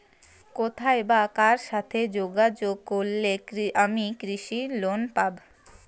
কোথায় বা কার সাথে যোগাযোগ করলে আমি কৃষি লোন পাব?